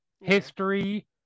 history